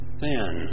sin